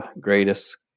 greatest